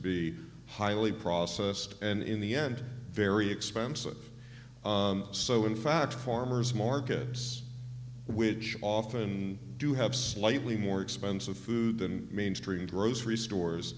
be highly processed and in the end very expensive so in fact farmers markets which often do have slightly more expensive food than mainstream grocery stores